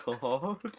god